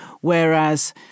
Whereas